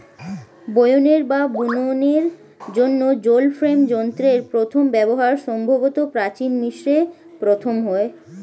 বয়নের বা বুননের জন্য জল ফ্রেম যন্ত্রের প্রথম ব্যবহার সম্ভবত প্রাচীন মিশরে প্রথম হয়